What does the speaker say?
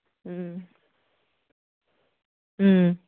ꯎꯝ ꯎꯝ